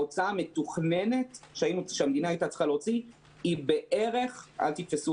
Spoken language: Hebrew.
ההוצאה המתוכננת שהמדינה הייתה צריכה להוציא היא בערך אל תתפסו